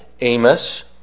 Amos